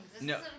No